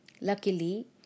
Luckily